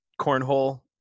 cornhole